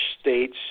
states